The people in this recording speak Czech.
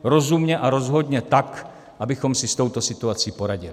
Rozumně a rozhodně tak, abychom si s touto situací poradili.